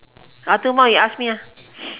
oh two more you ask me ah